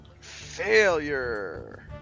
Failure